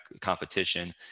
competition